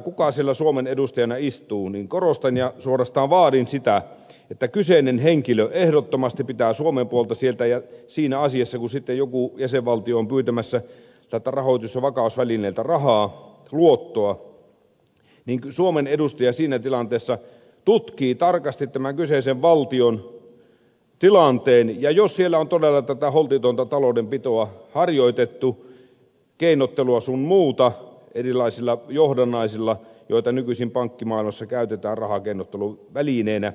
kuka siellä suomen edustajana istuukaan niin korostan ja suorastaan vaadin sitä että kyseinen henkilö ehdottomasti pitää suomen puolta ja kun sitten joku jäsenvaltio on pyytämässä tältä rahoitus ja vakausvälineeltä rahaa luottoa niin suomen edustaja siinä tilanteessa tutkii tarkasti tämän kyseisen valtion tilanteen ja jos siellä on todella tätä holtitonta taloudenpitoa harjoitettu keinottelua sun muuta erilaisilla johdannaisilla joita nykyisin pankkimaailmassa käytetään rahakeinottelun välineenä